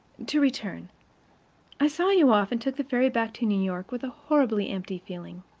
to return i saw you off, and took the ferry back to new york with a horribly empty feeling.